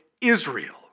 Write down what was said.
Israel